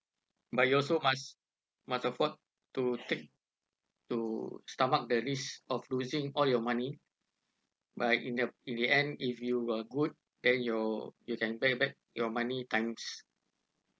but you also must must afford to take to stomach the risk of losing all your money but in the in the end if you uh good then you you can pay back your money times